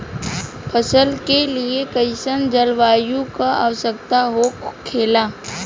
फसल के लिए कईसन जलवायु का आवश्यकता हो खेला?